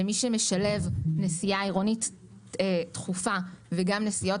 למי שמשלב נסיעה עירונית תכופה וגם נסיעות